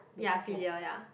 ya filial ya